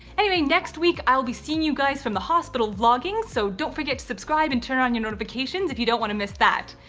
anyway next week, i'll be seeing you guys from the hospital vlogging so don't forget to subscribe and turn on your notifications if you don't want to miss that.